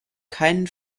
keinen